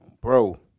Bro